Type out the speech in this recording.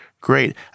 Great